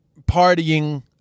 partying